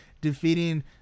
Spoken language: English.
defeating